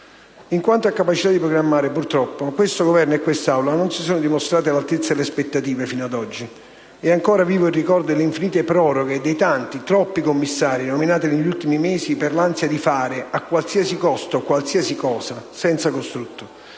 In quanto a capacità di programmare, purtroppo, questo Governo e quest'Aula non si sono dimostrati all'altezza delle aspettative fino ad oggi. È infatti ancora vivo il ricordo delle infinite proroghe e dei tanti, troppi commissari nominati negli ultimi mesi per l'ansia di «fare» a qualunque costo qualsiasi cosa, senza costrutto.